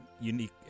unique